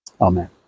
Amen